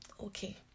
okay